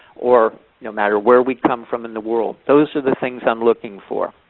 or no matter where we come from in the world. those are the things i'm looking for.